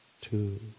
two